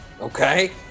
Okay